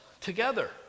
together